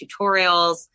tutorials